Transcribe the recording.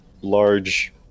large